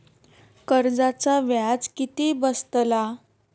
कर्जाचा व्याज किती बसतला?